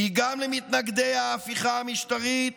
היא גם למתנגדי ההפיכה המשטרית,